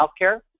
healthcare